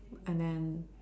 but and then